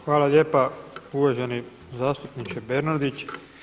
Hvala lijepa uvaženi zastupniče Bernardić.